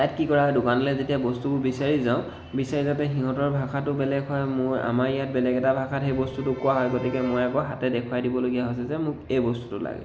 তাত কি কৰা হয় দোকানলৈ যেতিয়া বস্তুবোৰ বিচাৰি যাওঁ বিচাৰি যাওঁতে সিহঁতৰ ভাষাটো বেলেগ হয় মোৰ আমাৰ ইয়াত বেলেগ এটা ভাষাত সেই বস্তুটো কোৱা হয় গতিকে মই আকৌ হাতেৰে দেখুৱাই দিবলগীয়া হৈছে যে মোক এই বস্তুটো লাগে